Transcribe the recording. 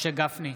משה גפני,